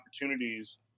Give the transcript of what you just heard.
opportunities